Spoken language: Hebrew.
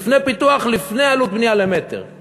לפני פיתוח, לפני עלות בנייה למטר.